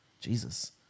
Jesus